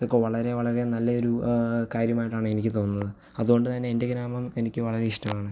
ഇതൊക്കെ വളരെ വളരെ നല്ല ഒരു കാര്യമായിട്ടാണ് എനിക്ക് തോന്നുന്നത് അതുകൊണ്ട് തന്നെ എൻ്റെ ഗ്രാമം എനിക്ക് വളരെ ഇഷ്ടമാണ്